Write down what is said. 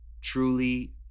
truly